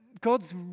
God's